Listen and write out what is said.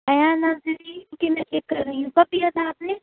ایان نام سے تھی رکیے میں چیک کر رہی ہوں کب دیا تھا آپ نے